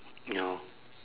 no